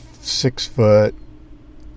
six-foot